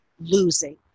losing